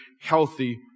healthy